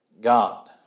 God